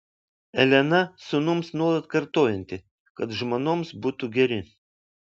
elena sūnums nuolat kartojanti kad žmonoms būtų geri